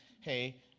hey